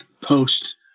post